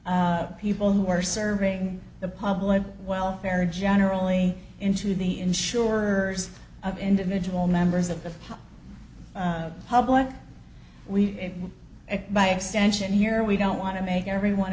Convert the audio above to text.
people who are serving the public welfare generally into the insurers of individual members of the public we by extension here we don't want i make everyone